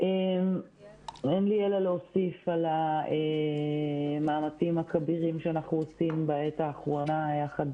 אין לי אלא להוסיף על המאמצים הכבירים שאנחנו עושים בעת האחרונה יחד